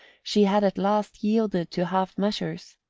she had at last yielded to half-measures.